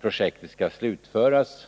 projektet skall slutföras.